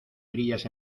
brillas